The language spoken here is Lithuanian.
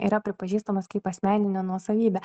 yra pripažįstamas kaip asmeninė nuosavybė